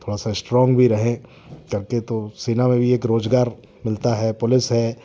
थोड़ा सा इस्ट्रोंग भी रहें सेना में भी एक रोजगार मिलता है पुलिस है